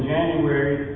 January